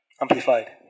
Amplified